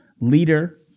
leader